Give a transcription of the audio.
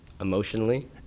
emotionally